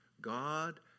God